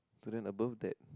to that above that